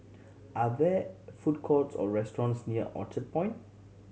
are there food courts or restaurants near Orchard Point